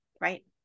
Right